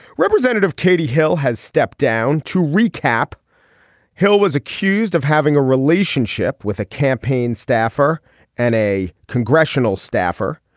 representative katie hill has stepped down. to recap hill was accused of having a relationship with a campaign staffer and a congressional staffer.